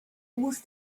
was